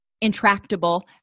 intractable